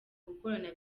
gukorana